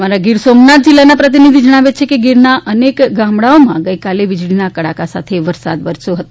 અમારા ગીર સોમનાથ તિલ્લાના પ્રતિનીધી ણાવે છે કે ગીરના અનેક ગામડાઓમાં વી ળીના કડાકા સાથે વરસાદ વરસ્યો હતો